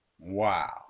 Wow